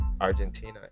Argentina